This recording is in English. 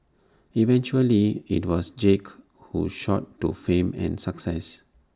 eventually IT was Jake who shot to fame and success